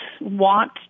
want